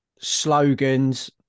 slogans